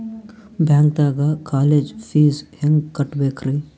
ಬ್ಯಾಂಕ್ದಾಗ college fees ಹೆಂಗ್ ಕಟ್ಟ್ಬೇಕ್ರಿ?